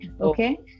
Okay